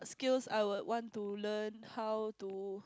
skills I would want to learn how to